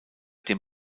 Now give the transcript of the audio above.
dem